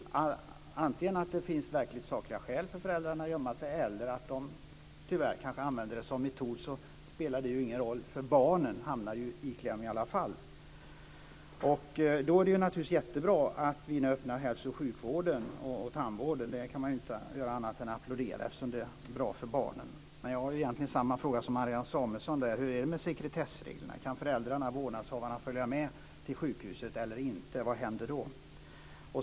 Det spelar ingen roll om det finns sakliga skäl för föräldrarna att gömma sig eller om de, tyvärr, använder det som metod; barnen hamnar i kläm i alla fall. Det är naturligtvis jättebra att vi nu öppnar hälsooch sjukvården och tandvården. Man kan inte göra annat än applådera det, eftersom det är bra för barnen. Där har jag egentligen samma fråga som Marianne Samuelsson: Hur är det med sekretessreglerna? Kan föräldrarna/ vårdnadshavarna följa med till sjukhuset eller inte? Vad händer då?